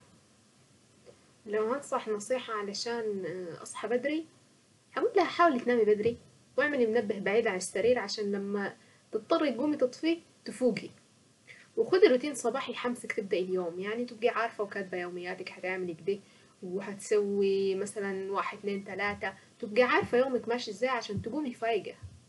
لو هنصح نصيحة علشان اصحى بدري اقول لها حاولي تنامي بدري واعملي منبه بعيد عن السرير عشان لما تضطري تقومي تطفيه تفوقي وخدي روتين صباحي يحمسك تبدأي اليوم. يعني تبقي عارفة وكاتبة يومياتك هتعملي كده وهتسوي مثلا واحد اثنين ثلاثة تبقى عارفة يومك ماشي ازاي عشان تقومي فايقة.